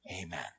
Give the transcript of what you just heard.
Amen